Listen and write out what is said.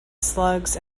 slugs